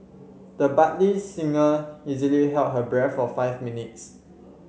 the budding singer easily held her breath for five minutes